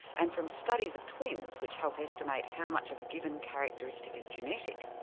and from studies of twins which help estimate how much of a given characteristic is genetic,